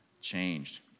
changed